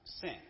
sin